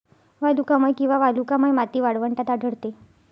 वालुकामय किंवा वालुकामय माती वाळवंटात आढळते